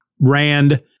Rand